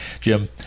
Jim